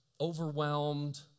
overwhelmed